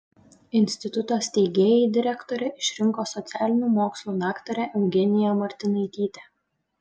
instituto steigėjai direktore išrinko socialinių mokslų daktarę eugeniją martinaitytę